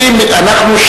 אנחנו,